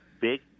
big